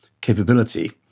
capability